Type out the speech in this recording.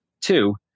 Two